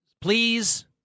Please